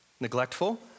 Neglectful